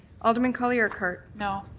alderman colley-urqhart? no.